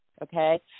Okay